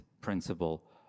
principle